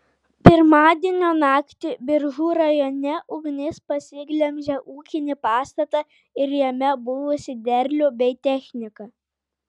pirmadienio naktį biržų rajone ugnis pasiglemžė ūkinį pastatą ir jame buvusį derlių bei techniką